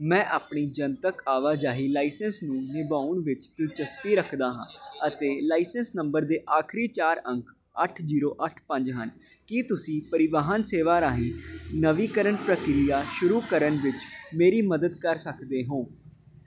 ਮੈਂ ਆਪਣੀ ਜਨਤਕ ਆਵਾਜਾਈ ਲਾਇਸੈਂਸ ਨੂੰ ਨਵਿਆਉਣ ਵਿੱਚ ਦਿਲਚਸਪੀ ਰੱਖਦਾ ਹਾਂ ਅਤੇ ਲਾਇਸੈਂਸ ਨੰਬਰ ਦੇ ਆਖਰੀ ਚਾਰ ਅੰਕ ਅੱਠ ਜ਼ੀਰੋ ਅੱਠ ਪੰਜ ਹਨ ਕੀ ਤੁਸੀਂ ਪਰਿਵਾਹਨ ਸੇਵਾ ਰਾਹੀਂ ਨਵੀਨੀਕਰਨ ਪ੍ਰਕਿਰਿਆ ਸ਼ੁਰੂ ਕਰਨ ਵਿੱਚ ਮੇਰੀ ਮਦਦ ਕਰ ਸਕਦੇ ਹੋ